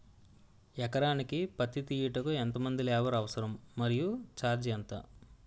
ఎకరానికి పత్తి తీయుటకు ఎంత మంది లేబర్ అవసరం? మరియు ఛార్జ్ ఎంత?